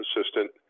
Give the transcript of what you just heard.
assistant